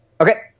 Okay